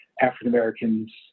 African-Americans